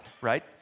right